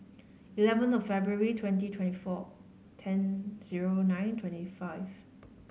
eleven of February twenty twenty four ten zero nine twenty five